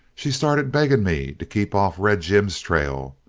she started begging me to keep off red jim's trail.